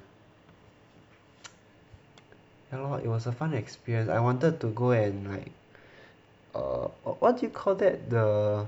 ya lor it was a fun experience I wanted to go and like err what do you call that the